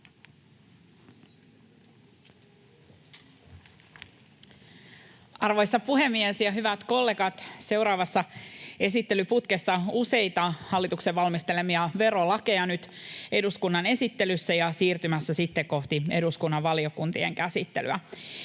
Arvoisa puhemies ja hyvät kollegat! Seuraavassa esittelyputkessa on useita hallituksen valmistelemia verolakeja nyt eduskunnan esittelyssä ja siirtymässä sitten kohti eduskunnan valiokuntien käsittelyä.